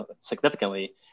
significantly